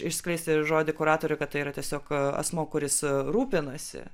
išskleisti žodį kuratorių kad tai yra tiesiog asmuo kuris rūpinasi